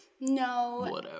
No